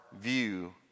view